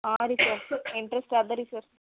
ಹಾಂ ರೀ sir interest ಅದ ರೀ ಸರ್